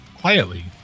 quietly